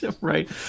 Right